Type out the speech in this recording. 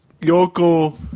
Yoko